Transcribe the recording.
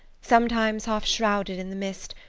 sometimes half shrouded in the mist,